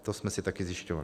To jsme si také zjišťovali.